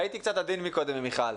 הייתי קצת עדין מקודם עם מיכל.